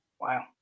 Wow